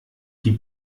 die